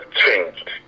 changed